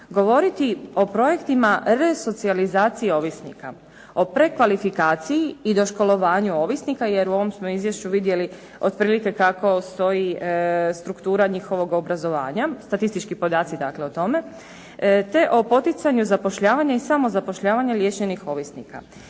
govoriti o projektima resocijalizacije ovisnika, o prekvalifikaciji i doškolovanju ovisnika, jer u ovom smo izvješću vidjeli otprilike kako stoji struktura njihovog obrazovanja, statistički podaci dakle o tome, te o poticanju zapošljavanje i samozapošljavanja liječenih ovisnika.